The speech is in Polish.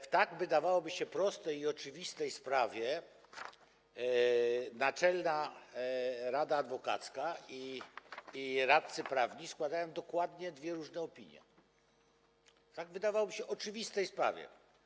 W tak, wydawałoby się, prostej i oczywistej sprawie Naczelna Rada Adwokacka i radcy prawni składają dokładnie dwie różne opinie, w tak, jak by się wydawało, oczywistej sprawie.